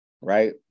Right